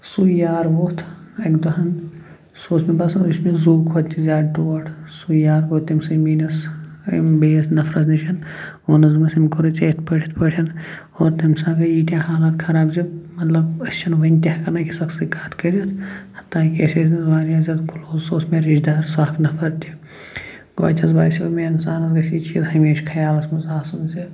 سُے یار ووٚتھ اَکہِ دۄہَن سُہ اوس مےٚ باسان یہِ چھُ مےٚ زوٗ کھۄتہٕ تہِ زیادٕ ٹوٹھ سُے یار گوٚو تٔمسٕے میٛٲنِس ٲں بیِٚیس نَفرَس نِش ووٚننَس دوٚپنَس ییٚمۍ کورُے ژٕےٚ یِتھ پٲٹھۍ یِتھ پٲٹھۍ اور تَمہِ ساتہٕ گٔے یِیٖٮتیٛاہ حالات خراب زِ مطلب أسۍ چھِنہٕ وُنہِ تہِ ہیٚکان أکِس اَکھ سۭتۍ کَتھ کٔرِتھ حتیٰ کہِ أسۍ ٲسۍ زَن واریاہ زیادٕ کٕلوز سُہ اوس مےٚ رِشتہٕ دار سُہ اکھ نَفر تہِ باسیٛو مےٚ اِنسانَس گژھہِ یہِ چیٖز ہَمیشہٕ خیالَس منٛز آسُن زِ